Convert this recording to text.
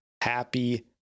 happy